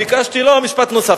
ביקשתי, לא, משפט נוסף.